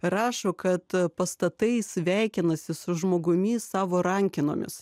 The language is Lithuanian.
rašo kad pastatai sveikinasi su žmogumi savo rankenomis